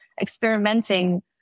experimenting